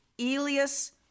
Elias